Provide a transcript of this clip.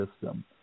system